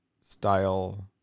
style